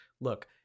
Look